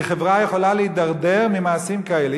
כי חברה יכולה להידרדר ממעשים כאלה.